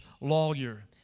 lawyer